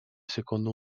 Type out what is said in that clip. secondo